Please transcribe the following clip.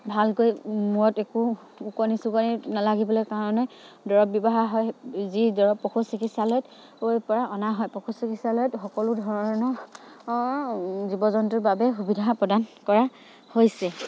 ভালকৈ মূৰত একো ওকণি চুকণি নালাগিবলে কাৰণে দৰৱ ব্যৱহাৰ হয় যি দৰৱ পশু চিকিৎসালয়ত পৰা অনা হয় পশু চিকিৎসালয়ত সকলো ধৰণৰ জীৱ জন্তুৰ বাবে সুবিধা প্ৰদান কৰা হৈছে